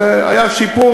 אז היה שיפור,